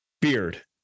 beard